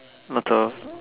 lot of